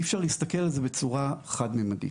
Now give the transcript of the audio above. אי אפשר להסתכל על זה בצורה חד מימדית.